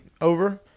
over